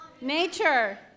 Nature